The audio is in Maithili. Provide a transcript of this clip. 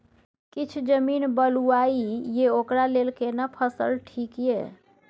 किछ जमीन बलुआही ये ओकरा लेल केना फसल ठीक ये?